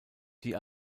die